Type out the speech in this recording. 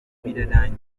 birarangiye